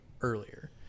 earlier